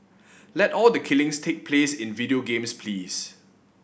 let all the killings take place in video games please